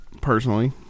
personally